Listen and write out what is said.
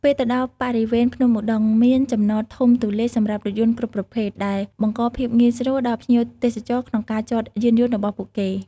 ពេលទៅដល់បរិវេណភ្នំឧដុង្គ មានចំណតធំទូលាយសម្រាប់រថយន្តគ្រប់ប្រភេទ ដែលបង្កភាពងាយស្រួលដល់ភ្ញៀវទេសចរក្នុងការចតយានយន្តរបស់ពួកគេ។